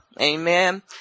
amen